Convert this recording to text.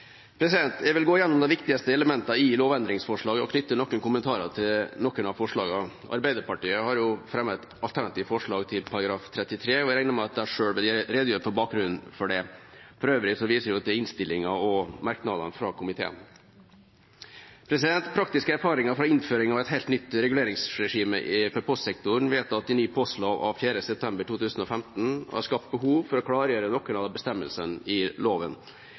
Jeg vil gå gjennom de viktigste elementene i lovendringsforslaget og knytte noen kommentarer til noen av forslagene. Arbeiderpartiet har fremmet et alternativt forslag til § 33, og jeg regner med at de selv redegjør for bakgrunnen for det. For øvrig viser jeg til innstillinga og merknadene fra komiteen. Praktiske erfaringer fra innføring av et helt nytt reguleringsregime for postsektoren vedtatt i ny postlov av 4. september 2015 har skapt behov for å klargjøre noen av bestemmelsene i loven.